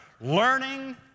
learning